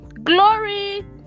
Glory